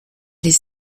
les